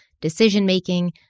decision-making